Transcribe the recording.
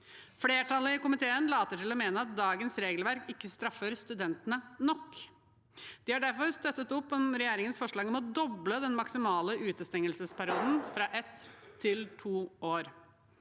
Flertallet i komiteen later til å mene at dagens regelverk ikke straffer studentene nok. De har derfor støttet opp om regjeringens forslag om å doble den maksimale utestengelsesperioden, fra ett til to år.